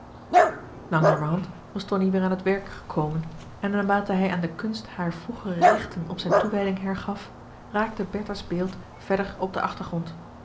langzamerhand was tonie weer aan het werk gekomen en naarmate hij aan de kunst hare vroegere rechten op zijn toewijding hergaf raakte bertha's beeld verder op den achtergrond